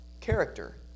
character